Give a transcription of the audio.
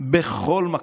בכל מקום,